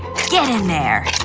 get in there.